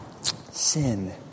Sin